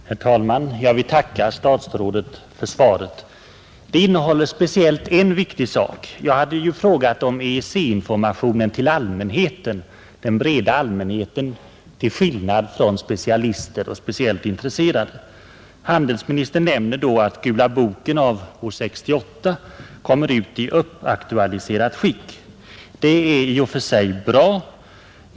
Herr talman! Jag vill tacka statsrådet för svaret. Det innehåller speciellt en viktig sak. Jag hade interpellerat om EEC-informationen till den breda allmänheten — till skillnad från den till specialister och speciellt intresserade. Handelsministern nämner att ”Gula Boken” från 1968 skall komma ut i aktualiserat skick. Det är i och för sig bra.